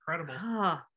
incredible